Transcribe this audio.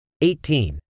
eighteen